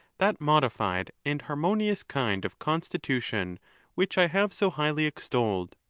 that modified and harmonious kind of constitution which i have so highly extolled.